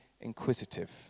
inquisitive